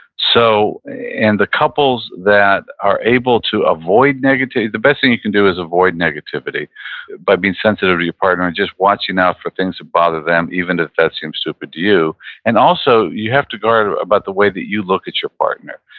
so and the couples that are able to avoid, the best thing you can do is avoid negativity by being sensitive to your partner and just watching out for things that bother them, even if that seems stupid to you and also, you have to guard about the way that you look at your partner.